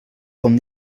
com